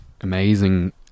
amazing